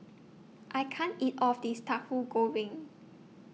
I can't eat All of This Tauhu Goreng